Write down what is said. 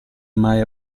mai